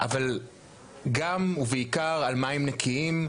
אבל גם ובעיקר על מים נקיים,